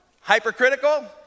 Hypercritical